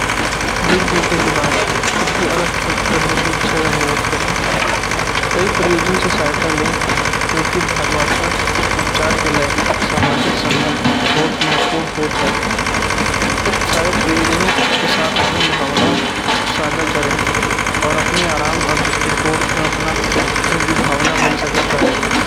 दिल टूटे के बाद खुद को अलग करने की इच्छा का विरोध करें। कई प्रयोजन से सहायता लें क्योकि बदमात्मक उपचार के लिए सामाजिक संबंध बहुत महत्वपूर्ण होता है। बहुत सारे परिजनों के साथ अपनी भावनाओं को साझा करें और अपने आराम और दृष्टिकोण को अपना घर की भावना मिल सकता है इमा।